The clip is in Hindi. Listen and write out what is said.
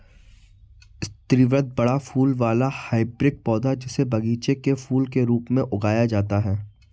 स्रीवत बड़ा फूल वाला हाइब्रिड पौधा, जिसे बगीचे के फूल के रूप में उगाया जाता है